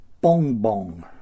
Bong-bong